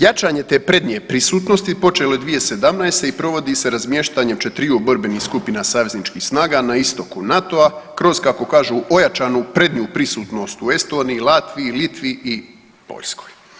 Jačanje te prednje prisutnosti počelo je 2017. i provodi se razmještanjem 4 borbenih skupina savezničkih snaga na istoku NATO-a kroz kako kažu ojačanu prednju prisutnost u Estoniji, Latviji, Litvi i Poljskoj.